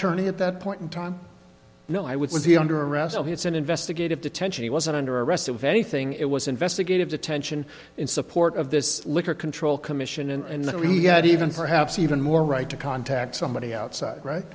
attorney at that point in time no i would was he under arrest i mean it's an investigative detention he wasn't under arrest of anything it was investigative detention in support of this liquor control commission and that he had even perhaps even more right to contact somebody outside right